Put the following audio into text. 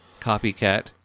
copycat